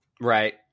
Right